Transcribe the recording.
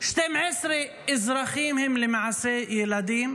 12 אזרחים הם למעשה ילדים,